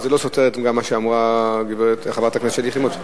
וזה לא סותר את מה שאמרה חברת הכנסת שלי יחימוביץ,